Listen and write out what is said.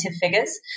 figures